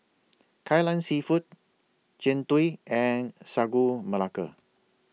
Kai Lan Seafood Jian Dui and Sagu Melaka